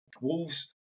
Wolves